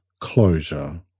closure